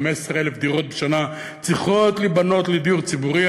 15,000 דירות בשנה צריכות להיבנות לדיור ציבורי.